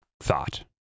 thought